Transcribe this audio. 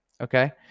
okay